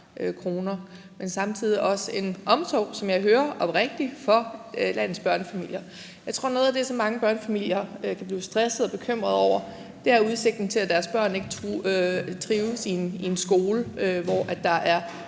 en omsorg – oprigtig, som jeg hører det – for landets børnefamilier. Jeg tror, at noget af det, som mange børnefamilier kan blive stressede og bekymrede over, er udsigten til, at deres børn ikke trives i en skole, hvor der er